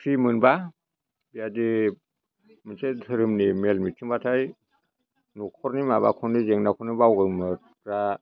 फ्रिमोनबा बिबादि मोनसे धोरोमनि मेल मिथिंबाथाय न'खरनि माबाखौनो जेंनाखौनो बावगोमोरग्रा